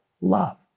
love